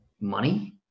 money